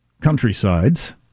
countrysides